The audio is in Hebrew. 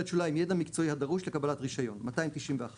"ידע מקצועי הדרוש לקבלת הרישיון 291